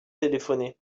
téléphoner